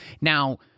Now